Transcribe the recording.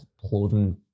clothing